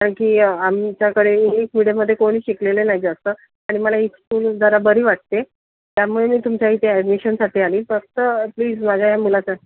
कारण की आमच्याकडे इंग्लिश मिडियममध्ये कोणी शिकलेलं नाही जास्त आणि मला ही स्कूल जरा बरी वाटते त्यामुळे मी तुमच्या इथे ॲडमिशनसाठी आली फक्त प्लिज माझ्या या मुलाचं